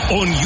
on